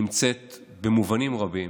נמצאת במובנים רבים